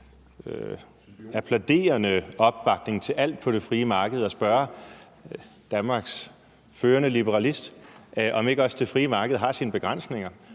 applauderende opbakning til alt på det frie marked, at spørge Danmarks førende liberalist, om ikke også det frie marked har sine begrænsninger,